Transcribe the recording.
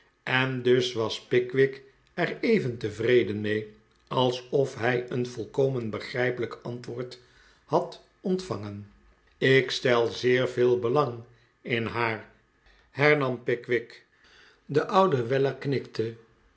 en dus was pickwick er even tevreden mee alsof hij een volkomen begrijpelijk antwoord had ontvangen ik stel zeer veel belang in haar hernam pickwick de oude weller knikte